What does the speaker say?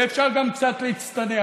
ואפשר גם קצת להצטנע.